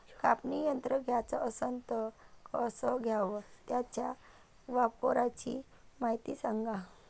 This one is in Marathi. कापनी यंत्र घ्याचं असन त कस घ्याव? त्याच्या वापराची मायती सांगा